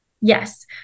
Yes